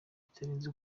bitarenze